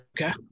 Okay